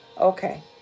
Okay